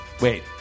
Wait